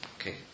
okay